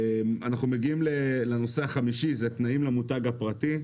אנחנו מגיעים לנושא החמישי, תנאים למותג הפרטי.